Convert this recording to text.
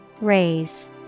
Raise